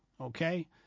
Okay